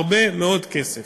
הרבה מאוד כסף.